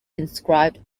inscribed